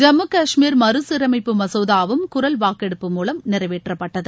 ஜம்மு கஷ்மீர் மறுசீரமைப்பு மசோதாவும் குரல் வாக்கெடுப்பு மூலம் நிறைவேற்றப்பட்டது